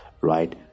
right